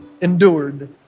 endured